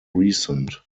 recent